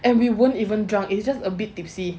and we won't even drunk it's just a bit tipsy